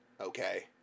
okay